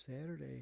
Saturday